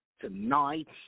tonight